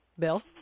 Bill